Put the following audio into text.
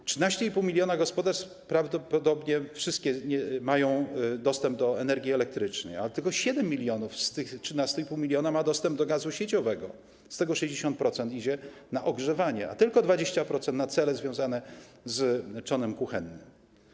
Z 13,5 mln gospodarstw prawdopodobnie wszystkie mają dostęp do energii elektrycznej, ale tylko 7 mln z tych 13,5 mln ma dostęp do gazu sieciowego, z czego 60% idzie na ogrzewanie, a tylko 20% - na cele związane z trzonem kuchennym.